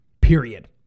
period